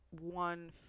one